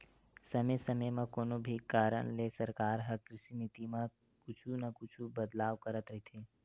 समे समे म कोनो भी कारन ले सरकार ह कृषि नीति म कुछु न कुछु बदलाव करत रहिथे